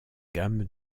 gamme